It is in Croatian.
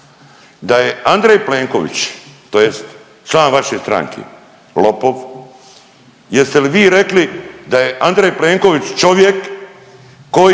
da je Andrej Plenković, tj. član vaše stranke lopov? Jeste li vi rekli da je Andrej Plenković čovjek koji